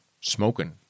Smoking